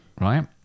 right